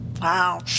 Wow